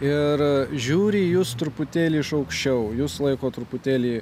ir žiūri į jus truputėlį iš aukščiau jus laiko truputėlį